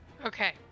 Okay